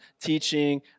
teaching